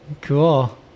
Cool